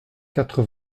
quatre